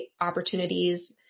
opportunities